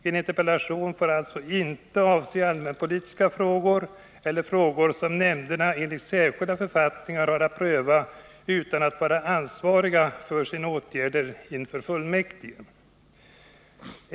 En interpellation får alltså inte avse allmänpolitiska frågor eller frågor som nämnderna enligt särskilda författningar har att pröva utan att vara ansvariga för sina åtgärder inför fullmäktige.